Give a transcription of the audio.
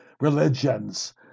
religions